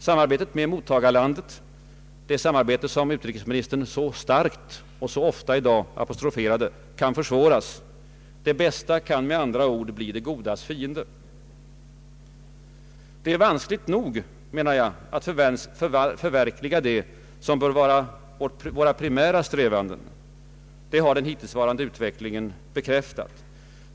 Samarbetet med mottagarlandet — det samarbete som utrikesministern så starkt och så ofta i dag apostroferade — kan försvåras. Det bästa kan med andra ord bli det godas fiende. Det är vanskligt nog, menar jag, att förverkliga det som bör vara våra primära strävanden. Det har den hittillsvarande utvecklingen bekräftat.